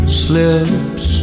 slips